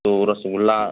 तो रसगुल्ला